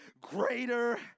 greater